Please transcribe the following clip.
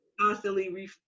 constantly